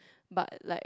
but like